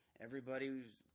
Everybody's